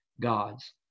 gods